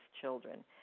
children